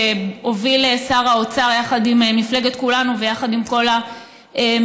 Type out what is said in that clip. שהוביל שר האוצר יחד עם מפלגת כולנו ויחד עם כל הממשלה.